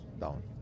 down